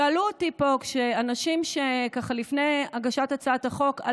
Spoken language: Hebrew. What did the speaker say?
שאלו אותי פה אנשים לפני הגשת הצעת החוק,